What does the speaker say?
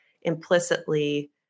implicitly